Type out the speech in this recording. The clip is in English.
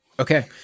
Okay